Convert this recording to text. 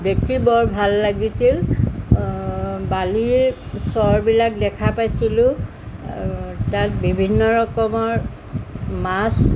দেখি বৰ ভাল লাগিছিল বালিৰ চৰবিলাক দেখা পাইছিলোঁ তাত বিভিন্ন ৰকমৰ মাছ